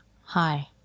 Hi